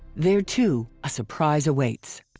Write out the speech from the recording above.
there too, a surprise awaits!